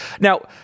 Now